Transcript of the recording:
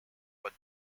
but